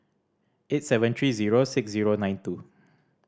eight seven three zero six zero nine two